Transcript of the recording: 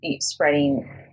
spreading